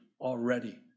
already